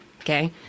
okay